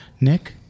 Nick